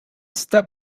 step